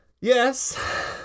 Yes